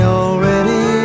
already